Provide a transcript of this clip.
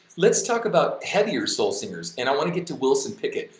let's talk about heavier soul singers and i want to get to wilson pickett,